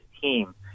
team